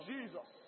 Jesus